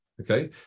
Okay